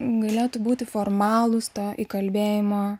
galėtų būti formalūs to įkalbėjimo